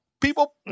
People